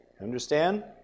Understand